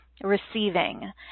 receiving